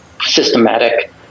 systematic